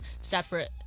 separate